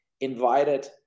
invited